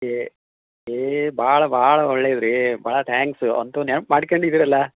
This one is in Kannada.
ಏ ಏ ಭಾಳ ಭಾಳ ಒಳ್ಳೇದು ರೀ ಭಾಳ ತ್ಯಾಂಕ್ಸು ಅಂತು ನೆನಪು ಮಾಡ್ಕ್ಯಂಡಿದ್ದೀರಲ್ಲ